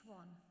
one